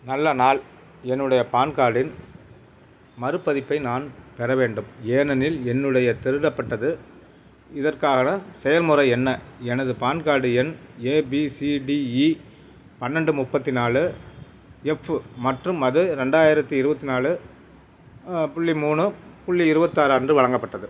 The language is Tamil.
நல்ல நாள் என்னுடைய பான் கார்டின் மறுபதிப்பை நான் பெற வேண்டும் ஏனெனில் என்னுடைய திருடப்பட்டது இதற்கான செயல்முறை என்ன எனது பான் கார்டு எண் ஏபிசிடிஈ பன்னெண்டு முப்பத்தி நாலு எஃப்பு மற்றும் அது ரெண்டாயிரத்தி இருபத்தி நாலு புள்ளி மூணு புள்ளி இருபத்தாறு அன்று வழங்கப்பட்டது